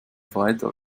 freitag